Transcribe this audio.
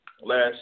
last